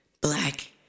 Black